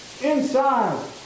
inside